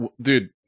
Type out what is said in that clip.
dude